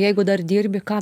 jeigu dar dirbi ką